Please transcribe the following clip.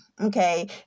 okay